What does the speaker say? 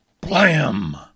Blam